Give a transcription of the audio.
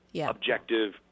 objective